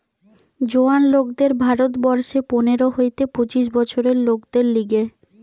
জোয়ান লোকদের ভারত বর্ষে পনের হইতে পঁচিশ বছরের লোকদের লিগে